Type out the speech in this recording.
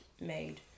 made